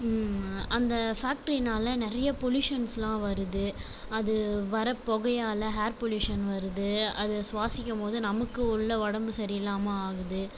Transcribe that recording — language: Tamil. அந்த ஃபேக்ட்ரினால் நிறைய பொலியூஷன்ஸ்லாம் வருது அது வர புகையால ஹேர் பொலியூஷன் வருது அது சுவாசிக்கும் போது நமக்கு உள்ளே உடம்பு சரியில்லாமல் ஆகுது